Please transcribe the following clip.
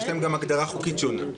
ויש להם גם הגדרה חוקית שונה.